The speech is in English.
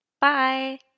Bye